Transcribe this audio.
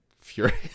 furious